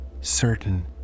Certain